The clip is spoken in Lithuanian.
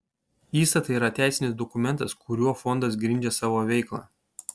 įstatai yra teisinis dokumentas kuriuo fondas grindžia savo veiklą